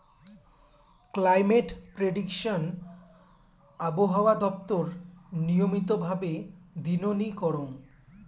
climate prediction আবহাওয়া দপ্তর নিয়মিত ভাবে দিননি করং